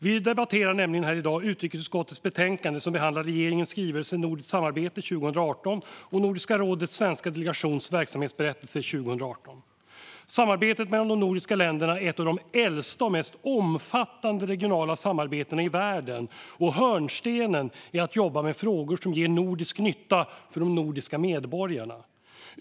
Vi debatterar här i dag utrikesutskottets betänkande som behandlar regeringens skrivelse Nordiskt samarbete 2018 och Nordiska rådets svenska delegations verksamhetsberättelse 2018. Samarbetet mellan de nordiska länderna är ett av de äldsta och mest omfattande regionala samarbetena i världen, och hörnstenen är att jobba med frågor som ger nordisk nytta för de nordiska medborgarna.